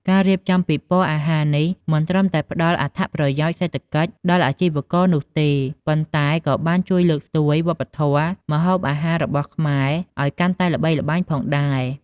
ការរៀបចំពិព័រណ៍អាហារនេះមិនត្រឹមតែផ្ដល់អត្ថប្រយោជន៍សេដ្ឋកិច្ចដល់អាជីវករនោះទេ ប៉ុន្តែក៏បានជួយលើកស្ទួយវប្បធម៌ម្ហូបអាហាររបស់ខ្មែរឲ្យកាន់តែល្បីល្បាញផងដែរ។